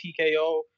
TKO